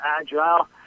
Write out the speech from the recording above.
agile